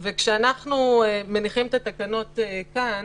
כשאנחנו מניחים את התקנות כאן